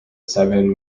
seven